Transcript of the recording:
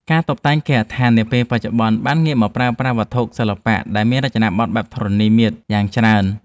ការតុបតែងគេហដ្ឋាននាពេលបច្ចុប្បន្នបានងាកមកប្រើប្រាស់វត្ថុសិល្បៈដែលមានរចនាប័ទ្មបែបធរណីមាត្រយ៉ាងច្រើន។